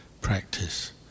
practice